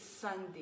Sunday